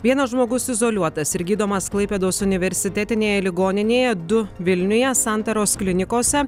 vienas žmogus izoliuotas ir gydomas klaipėdos universitetinėje ligoninėje du vilniuje santaros klinikose